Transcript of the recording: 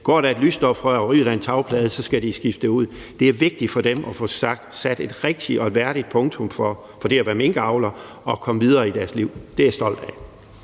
Går der et lysstofrør eller en tagplade, skal de skifte det ud. Det er vigtigt for dem at få sat et rigtigt og værdigt punktum for det at være minkavler og komme videre i deres liv. Det er jeg stolt af.